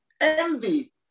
Envy